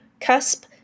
CUSP